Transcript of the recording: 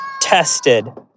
Tested